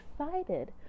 excited